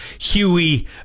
Huey